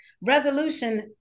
resolution